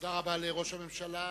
תודה רבה לראש הממשלה.